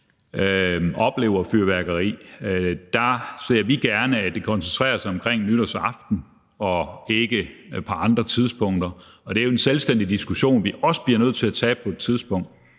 oplever fyrværkeri, og der ser vi gerne, at det koncentrerer sig omkring nytårsaften og ikke sker på andre tidspunkter. Det er en selvstændig diskussion, som vi også bliver nødt til at tage på et tidspunkt,